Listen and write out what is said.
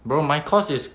bro my course is